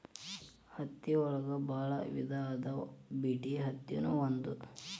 ಹತ್ತಿ ಒಳಗ ಬಾಳ ವಿಧಾ ಅದಾವ ಬಿಟಿ ಅತ್ತಿ ನು ಒಂದ